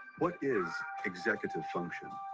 what is executive from.